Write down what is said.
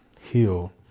heal